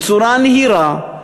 בצורה נהירה,